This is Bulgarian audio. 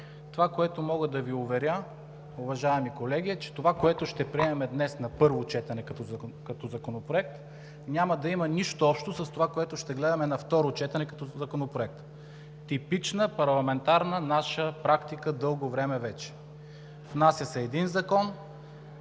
предложения. Мога да Ви уверя, уважаеми колеги, че това, което ще приемем днес на първо четене като законопроект, няма да има нищо общо с онова, което ще гледаме на второ четене като законопроект. Типична парламентарна наша практика дълго време вече – внася се закона,